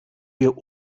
wir